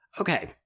Okay